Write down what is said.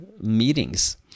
meetings